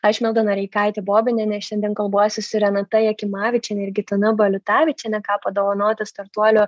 aš milda noreikaitė bobinienė šiandien kalbuosi su renata jakimavičiene ir gitana baliutavičiene ką padovanoti startuolio